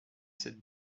cette